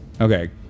Okay